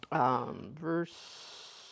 Verse